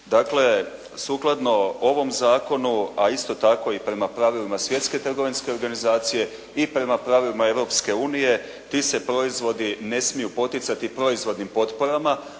Dakle, sukladno ovom zakonu, a isto tako i prema pravilima Svjetske trgovinske organizacije i prema pravilima Europske unije ti se proizvodi ne smiju poticati proizvodnim potporama.